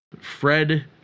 Fred